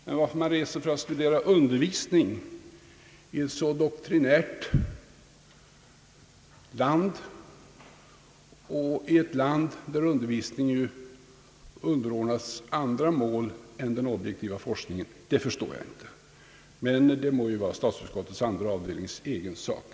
Men varför man reser för att studera undervisning i ett så doktrinärt land, i ett land där undervisningen underordnats andra mål än den objektiva forskningen, förstår jag inte. Det må kanske vara statsutskottets andra avdelnings egen sak.